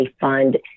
fund